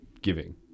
giving